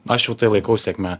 aš jau tai laikau sėkme